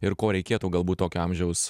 ir ko reikėtų galbūt tokio amžiaus